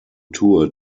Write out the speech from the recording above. tour